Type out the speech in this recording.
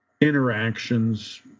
interactions